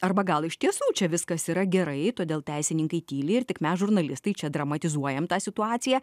arba gal iš tiesų čia viskas yra gerai todėl teisininkai tyli ir tik mes žurnalistai čia dramatizuojam tą situaciją